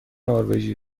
نروژی